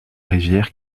rivière